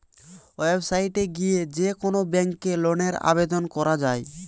website এ গিয়ে যে কোন ব্যাংকে লোনের আবেদন করা যায়